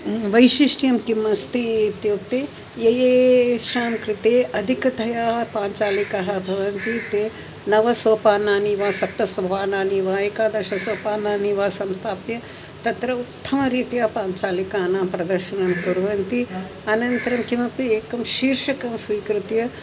वैशिष्ट्यं किम् अस्ति इत्युक्ते य येषां कृते अधिकतया पाञ्चालिकाः भवन्ति ते नव सोपानानि वा सप्त सोपानानि वा एकादशसोपानानि वा संस्थाप्य तत्र उत्तमरीत्या पाञ्चालिकानां प्रदर्शनं कुर्वन्ति अनन्तरम् किमपि एकं शीर्षकं स्वीकृत्य